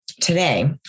today